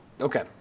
Okay